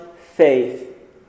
faith